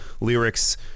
lyrics